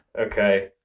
Okay